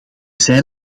zijn